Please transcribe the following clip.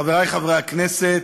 חברי חברי הכנסת,